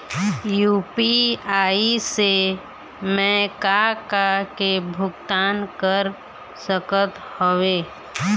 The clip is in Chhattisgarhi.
यू.पी.आई से मैं का का के भुगतान कर सकत हावे?